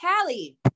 Callie